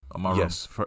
Yes